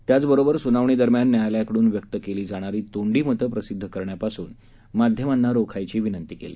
त्याचबरोबर सुनावणीदरम्यान न्यायालयाकडून व्यक्त केली जाणारी तोंडी मतं प्रसिद्ध करण्यापासून माध्यमांना रोखण्याची विनंती केली